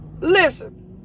Listen